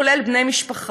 כולל בני משפחה,